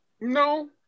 No